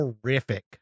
horrific